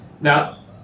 Now